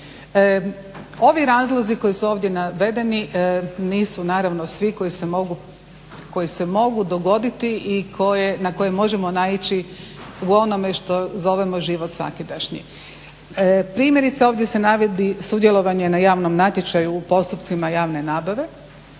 Ovi razlozi koji su ovdje navedeni nisu naravno svi koji se mogu dogoditi i na koje možemo naići u onome što zovemo život svakidašnji. Primjerice ovdje se navodi sudjelovanje na javnom natječaju u postupcima javne nabave,